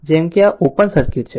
જેમ કે આ ઓપન સર્કિટ છે